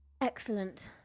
Excellent